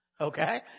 Okay